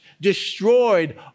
destroyed